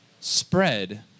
spread